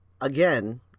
again